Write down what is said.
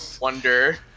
Wonder